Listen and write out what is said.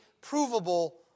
provable